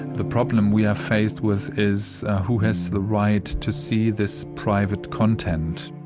the problem we are faced with is who has the right to see this private content.